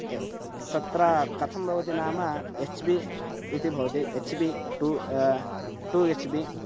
ये तत्र कथं भवति नाम एच् बि इति भवति H B two two H B